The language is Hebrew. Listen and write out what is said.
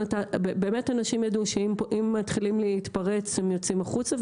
אנשים ידעו שאם מתחילים להתפרץ - הם יוצאים החוצה,